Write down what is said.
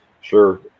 Sure